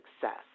success